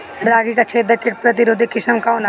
रागी क छेदक किट प्रतिरोधी किस्म कौन ह?